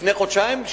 לפני חודשיים,